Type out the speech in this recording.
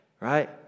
right